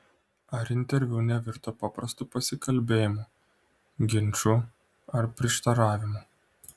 ar interviu nevirto paprastu pasikalbėjimu ginču ar prieštaravimu